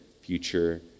future